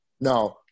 Now